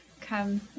come